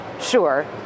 Sure